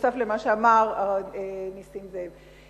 נוסף על מה שאמר נסים זאב.